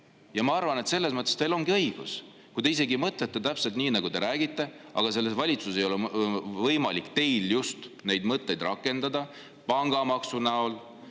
ma arvan, et selles mõttes teil ongi õigus. Kui te isegi mõtlete täpselt nii, nagu te räägite, et selles valitsuses ei ole võimalik teil just neid mõtteid rakendada pangamaksu näol,